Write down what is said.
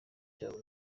cyabo